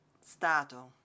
stato